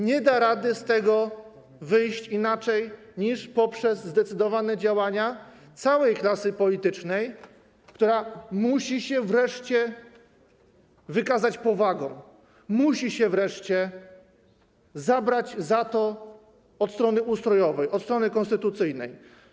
Nie da się wyjść z tego inaczej, niż przez zdecydowane działania całej klasy politycznej, która musi się wreszcie wykazać powagą, musi się wreszcie zabrać za to od strony ustrojowej, od strony konstytucyjnej.